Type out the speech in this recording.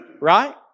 right